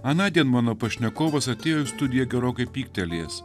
anądien mano pašnekovas atėjo į studiją gerokai pyktelėjęs